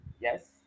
Yes